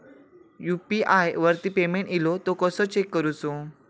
UPI वरती payment इलो तो कसो चेक करुचो?